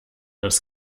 das